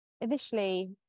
initially